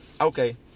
okay